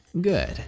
Good